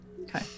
Okay